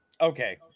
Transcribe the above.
Okay